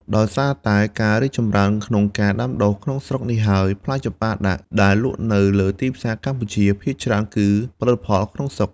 ដោយសារតែការរីកចម្រើនក្នុងការដាំដុះក្នុងស្រុកនេះហើយ ផ្លែចម្ប៉ាដាក់ដែលលក់នៅលើទីផ្សារកម្ពុជា ភាគច្រើនគឺផលិតផលក្នុងស្រុក។